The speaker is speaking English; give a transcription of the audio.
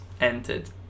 entered